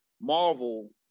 Marvel